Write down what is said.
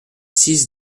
six